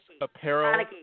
Apparel